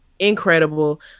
Incredible